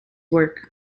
work